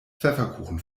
pfefferkuchen